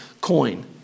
coin